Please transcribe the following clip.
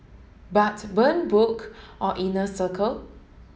but burn book or inner circle